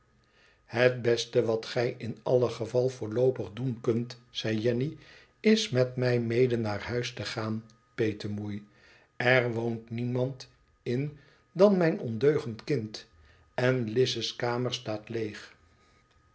het beste wat gij in alle geval voorloopig doen kunt zei jenn is met mij mede naar huis te gaan petemoel r woont niemand m dan mijn ondeugend kind en lize's kamer staat leeg